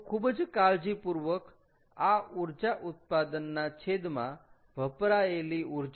તો ખૂબ જ કાળજીપૂર્વક આ ઊર્જા ઉત્પાદનના છેદમાં વપરાયેલી ઊર્જા